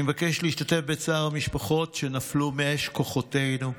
אני מבקש להשתתף בצער המשפחות, נפלו מאש כוחותינו.